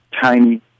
tiny